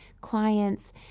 clients